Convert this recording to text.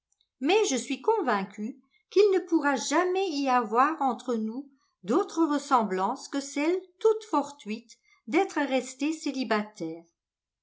mais je suis convaincue qu'il ne pourra jamais y avoir entre nous d'autre ressemblance que celle toute fortuite d'être restées célibataires